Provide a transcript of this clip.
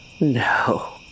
No